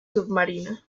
submarina